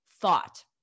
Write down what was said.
thought